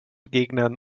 gegnern